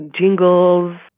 jingles